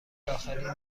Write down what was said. داخلی